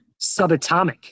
Subatomic